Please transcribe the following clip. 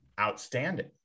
outstanding